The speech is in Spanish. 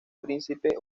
príncipe